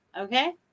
Okay